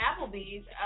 Applebee's